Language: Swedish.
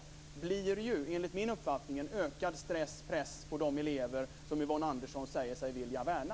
Det blir ju, enligt min uppfattning, en ökad stress och press på de elever som Yvonne Andersson säger sig vilja värna.